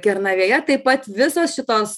kernavėje taip pat visos šitos